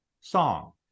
song